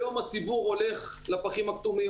היום הציבור הולך לפחים הכתומים,